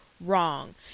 wrong